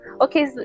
okay